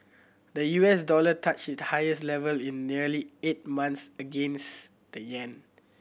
the U S dollar touched it highest level in nearly eight months against the yen